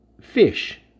fish